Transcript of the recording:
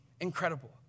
incredible